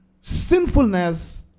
sinfulness